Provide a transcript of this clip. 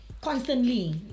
constantly